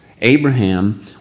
Abraham